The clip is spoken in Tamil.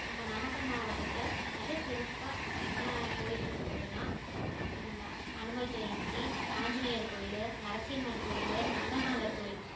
நம்ம நாமக்கல் மாவட்டத்தில் மிக சிறப்பாக என்ன கோயில் இருக்குதுன்னா அனுமர் ஜெயந்தி ஆஞ்சிநேயர் கோயில் நரசிம்மர் கோயில் ரங்கநாதர் கோயில்